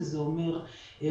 עלויות.